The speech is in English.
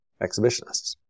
exhibitionists